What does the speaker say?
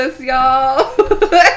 y'all